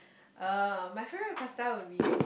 uh my favourite pasta would be